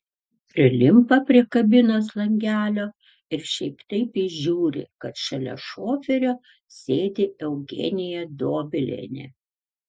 prilimpa prie kabinos langelio ir šiaip taip įžiūri kad šalia šoferio sėdi eugenija dobilienė